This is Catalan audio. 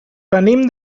venim